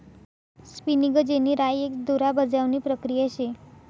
spinning jenny राय एक दोरा बजावणी प्रक्रिया शे